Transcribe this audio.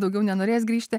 daugiau nenorės grįžti